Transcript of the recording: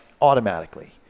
automatically